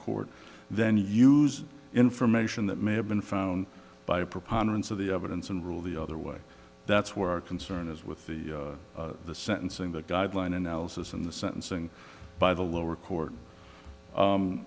court then use information that may have been found by a preponderance of the evidence and rule the other way that's where our concern is with the sentencing that guideline analysis in the sentencing by the lower co